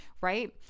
right